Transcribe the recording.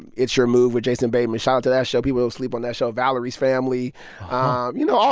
and it's your move with jason bateman. shoutout to that show. people will sleep on that show. valerie's family um you know,